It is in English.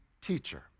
teacher